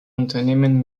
unternehmen